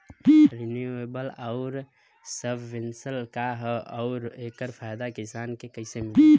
Renewable आउर subvention का ह आउर एकर फायदा किसान के कइसे मिली?